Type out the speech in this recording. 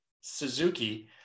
suzuki